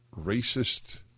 racist